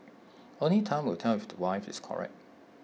only time will tell if the wife is correct